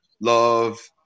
love